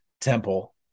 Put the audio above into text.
Temple